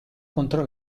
contro